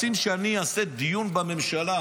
רוצים שאני אעשה דיון בממשלה.